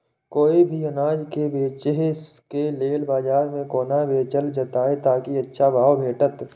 कोय भी अनाज के बेचै के लेल बाजार में कोना बेचल जाएत ताकि अच्छा भाव भेटत?